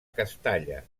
castalla